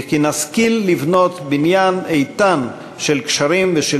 וכי נשכיל לבנות בניין איתן של קשרים ושל